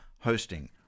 hosting